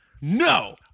No